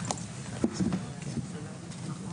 הישיבה ננעלה בשעה 11:30.